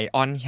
on